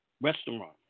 restaurant